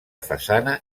façana